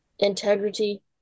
Integrity